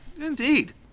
Indeed